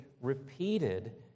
repeated